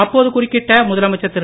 அப்போது குறுக்கிட்ட முதலமைச்சர் திரு